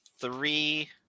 three